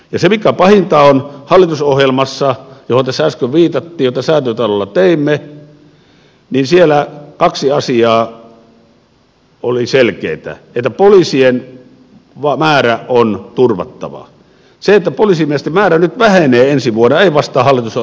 ja mikä pahinta kun hallitusohjelmassa johon tässä äsken viitattiin ja jota säätytalolla teimme kaksi asiaa oli selkeitä kuten se että poliisien määrä on turvattava niin se että poliisimiesten määrä vähenee nyt ensi vuonna ei vastaa hallitusohjelman linjausta